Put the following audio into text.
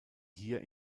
hier